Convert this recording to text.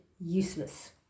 useless